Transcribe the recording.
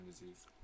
disease